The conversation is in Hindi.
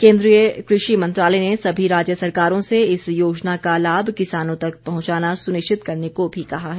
केन्द्रीय कृषि मंत्रालय ने सभी राज्य सरकारों से इस योजना का लाभ किसानों तक पहुंचाना सुनिश्चित करने को भी कहा है